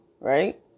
right